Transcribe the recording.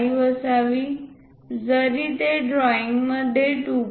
5 असावी जरी ते ड्रॉईंगमध्ये 2